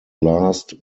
last